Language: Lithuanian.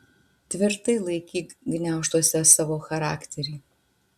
tvirtai laikyk gniaužtuose savo charakterį